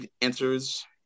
answers